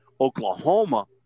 Oklahoma